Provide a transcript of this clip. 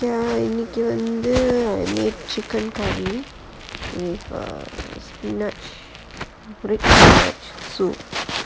இன்னைக்கு வந்து:innaikku vanthu chicken curry soup